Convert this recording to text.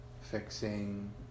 fixing